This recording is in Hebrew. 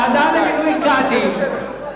ועדה למינוי קאדים,